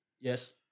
Yes